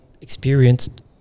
experienced